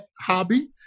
hobby